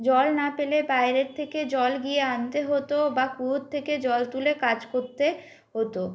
জল না পেলে বাইরের থেকে জল গিয়ে আনতে হতো বা কুয়োর থেকে জল তুলে কাজ করতে হতো